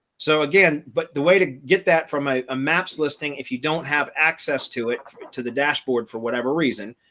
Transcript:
so again, but the way to get that from a maps listing, if you don't have access to it to the dashboard, for whatever reason,